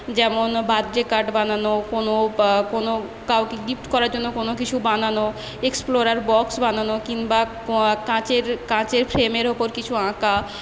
যেমন birthday card বানানো কোন বা কোন কাউকে গিফট করার জন্য কোন কিছু বানানো এক্সপ্লোরার বক্স কিংবা কাঁচের কাঁচের ফ্রেমের ওপর কিছু আঁকা